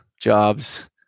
jobs